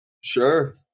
Sure